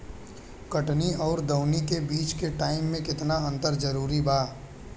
कटनी आउर दऊनी के बीच के टाइम मे केतना अंतर जरूरी बा?